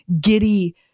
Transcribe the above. giddy